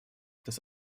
dass